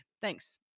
Thanks